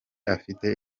afite